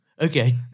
Okay